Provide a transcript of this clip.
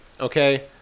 Okay